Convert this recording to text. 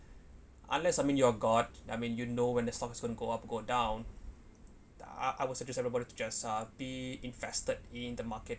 unless I mean you're god I mean you know when the stock is going go up or go down I'll I'll suggest everybody to just uh be invested in the market